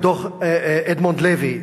ואחר כך דוח אדמונד לוי.